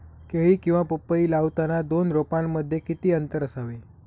केळी किंवा पपई लावताना दोन रोपांमध्ये किती अंतर असावे?